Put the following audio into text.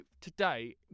today